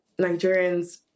Nigerians